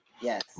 Yes